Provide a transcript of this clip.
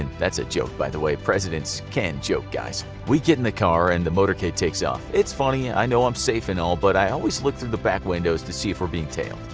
and that's a joke by the way. presidents can joke guys. we get in the car and the motorcade takes off. it's funny. i know i'm safe and all, but i always look through the back windows to see if we're being trailed.